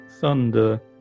thunder